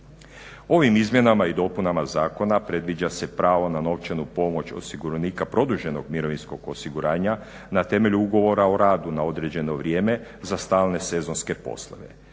Ovim izmjenama i dopunama zakona predviđa se pravo na novčanu pomoć osiguranika produženog mirovinskog osiguranja na temelju ugovora o radu na određeno vrijeme za stalne sezonske poslove.